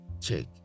Check